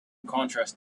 contrast